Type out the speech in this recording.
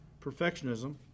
perfectionism